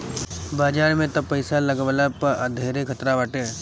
बाजार में तअ पईसा लगवला पअ धेरे खतरा बाटे